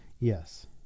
Yes